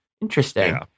Interesting